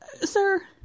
Sir